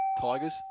Tigers